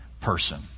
person